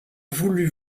voulu